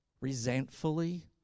resentfully